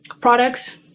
products